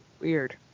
Weird